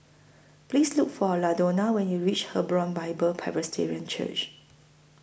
Please Look For Ladonna when YOU REACH Hebron Bible Presbyterian Church